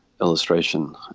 illustration